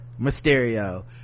mysterio